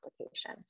application